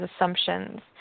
assumptions